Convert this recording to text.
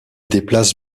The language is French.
déplace